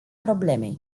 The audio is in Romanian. problemei